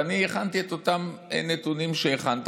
ואני הכנתי את אותם נתונים שהכנת,